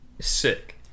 Sick